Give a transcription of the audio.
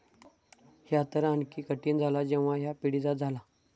ह्या तर आणखी कठीण झाला जेव्हा ह्या पिढीजात झाला